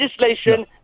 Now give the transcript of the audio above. legislation